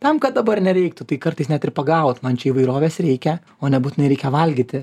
tam kad dabar nereiktų tai kartais net ir pagaut man čia įvairovės reikia o nebūtinai reikia valgyti